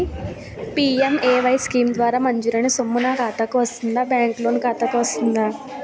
PMAY scheme ద్వారా మంజూరైన సొమ్ము నా ఖాతా కు వస్తుందాబ్యాంకు లోన్ ఖాతాకు వస్తుందా?